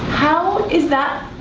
how is that?